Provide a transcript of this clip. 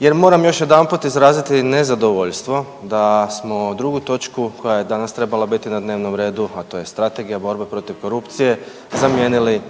jer moram još jedanput izraziti nezadovoljstvo da smo drugu točku koja je danas trebala biti na dnevnom redu, a to je Strategija borbe protiv korupcije zamijenili